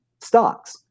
stocks